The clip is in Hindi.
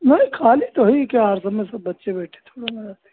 नहीं ख़ाली तो है ही क्या हर समय सब बच्चे बैठे थोड़े ना रहते हैं